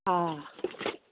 آ